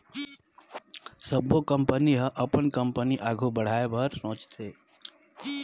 सबो कंपनी ह अपन कंपनी आघु बढ़ाए बर सोचथे